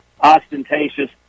ostentatious